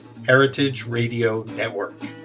heritageradionetwork